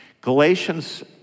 Galatians